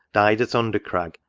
died at under-crag,